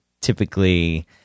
typically